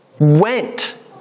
went